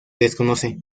desconoce